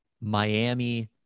Miami